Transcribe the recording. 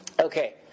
Okay